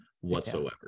whatsoever